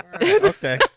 okay